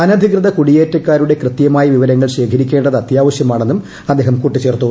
അനധികൃത കുടിയേറ്റക്കാരുടെ കൃത്യമായ വിവരങ്ങൾ ശേഖരിക്കേണ്ടത് അത്യാവശ്യമാണെന്നും അദ്ദേഹം കൂട്ടിച്ചേർത്തു